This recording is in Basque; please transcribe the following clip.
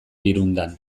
birundan